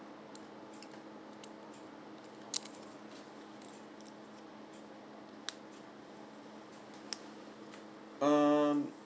um